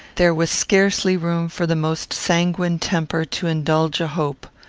there was scarcely room for the most sanguine temper to indulge a hope.